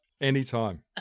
anytime